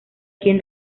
quien